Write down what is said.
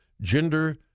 gender